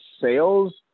sales